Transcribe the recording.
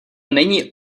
není